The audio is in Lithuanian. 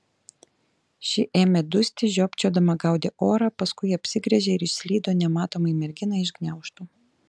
ši ėmė dusti žiopčiodama gaudė orą paskui apsigręžė ir išslydo nematomai merginai iš gniaužtų